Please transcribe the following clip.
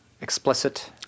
explicit